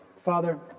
Father